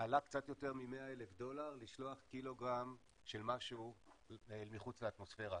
עלה קצת יותר מ-100,000 דולר לשלוח קילוגרם של משהו אל מחוץ לאטמוספרה,